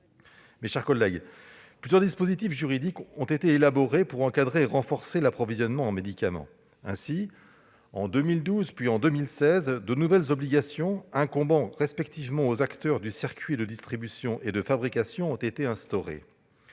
Mes chers collègues, plusieurs dispositifs juridiques ont été élaborés pour encadrer et renforcer l'approvisionnement en médicaments. Ainsi, en 2012, puis en 2016, de nouvelles obligations incombant respectivement aux acteurs du circuit de distribution et à ceux du circuit de fabrication ont été instaurées.